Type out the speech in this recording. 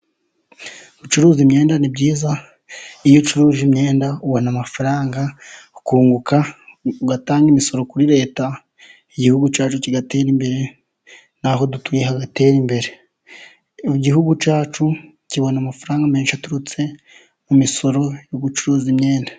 Gucuruza imyenda ni byiza. Iyo ucuruje imyenda ubona amafaranga akunguka ugatanga imisoro kuri leta , igihugu cyacu kigatera imbere. Aho dutuye hagatera imbere . Igihugu cyacu kibona amafaranga menshi , aturutse mu misoro yo gucuruza imyenda.